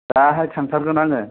दाहाय थांथारगोन आङो